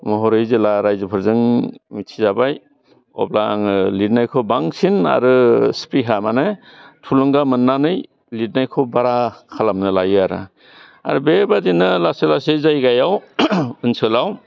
महरै जेला रायजोफोरजों मिथिजाबाय अब्ला आङो लिरनायखौ बांसिन आरो स्पिहा माने थुलुंगा मोन्नानै लिरनायखौ बारा खालामनो लायो आरो आरो बेबादिनो लासै लासै जायगायाव ओनसोलाव